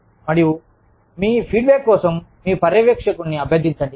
మరియు మీ feedback కోసం మీ పర్యవేక్షకుడిని అభ్యర్థించండి